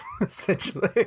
Essentially